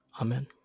Amen